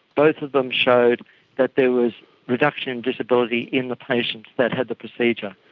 both of them showed that there was reduction in disability in the patients that had the procedure.